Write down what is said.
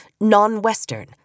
non-Western